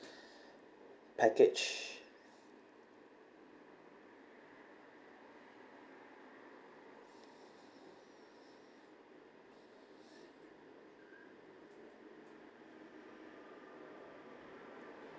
package